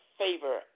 favor